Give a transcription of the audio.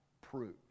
prove